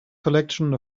collection